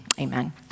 Amen